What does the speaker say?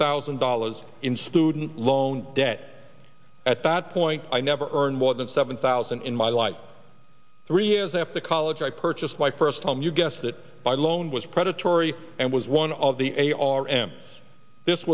thousand dollars in student loan debt at that point i never earned more than seven thousand in my life three years after college i purchased my first home you guessed it by loan was predatory and was one of the a r m this